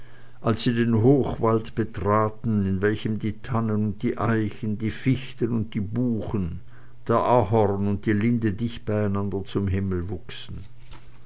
als sie den hochwald betraten in welchem die tannen und die eichen die fichten und die buchen der ahorn und die linde dicht ineinander zum himmel wuchsen